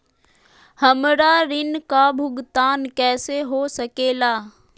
हमरा ऋण का भुगतान कैसे हो सके ला?